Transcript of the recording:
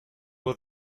will